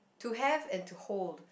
to have and to hold